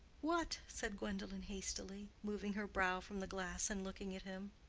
what? said gwendolen, hastily, moving her brow from the glass and looking at him.